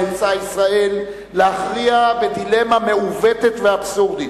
נאלצה ישראל להכריע בדילמה מעוותת ואבסורדית: